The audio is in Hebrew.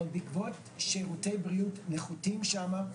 אבל בעקבות שירותי בריאות נחותים שם,